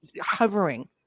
hovering